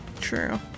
true